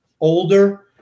older